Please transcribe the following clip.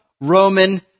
Roman